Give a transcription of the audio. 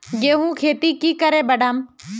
गेंहू खेती की करे बढ़ाम?